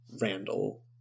Randall